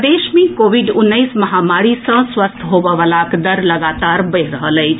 प्रदेश मे कोविड उन्नैस महामारी सँ स्वस्थ होमय वलाक दर लगातार बढ़ि रहल अछि